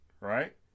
right